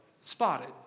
spotted